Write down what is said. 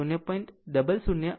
0 6 j 0 0